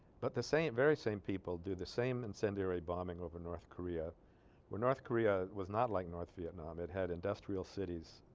but the same very same people do the same incendiary bombing over north korea where north korea was not like north vietnam it had industrial cities